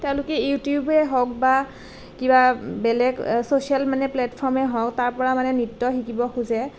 তেওঁলোকে ইউটিউবেই হওঁক বা কিবা বেলেগ চছিয়েল মানে প্লেটফৰ্মেই হওক তাৰপৰা মানে নৃত্য শিকিব খুজে